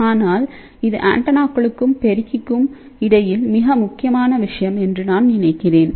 ஆனால் இது ஆண்டெனாக்களுக்கும் பெருக்கிக்கும் இடையில் மிக முக்கியமான விஷயம் என்று நான் நினைக்கிறேன்